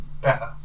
better